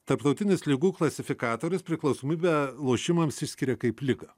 tarptautinis ligų klasifikatorius priklausomybę lošimams išskiria kaip ligą